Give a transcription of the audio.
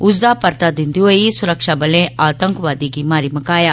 ओह्दा परता दिंदे होई सुरक्षाबलें आतंकवादी गी मारी दित्ता